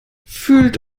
fühlt